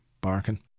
barking